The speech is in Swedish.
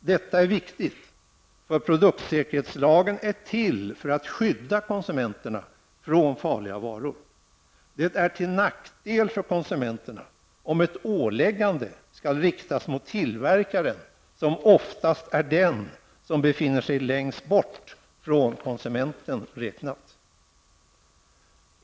Detta är viktigt, eftersom produktsäkerhetslagen är till för att skydda konsumenterna från farliga varor. Det är till nackdel för konsumenterna om ett åläggande skall riktas mot tillverkaren, som oftast är den som befinner sig längst bort från konsumenten räknat.